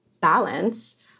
balance